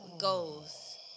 goals